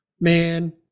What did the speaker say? Man